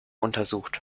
untersucht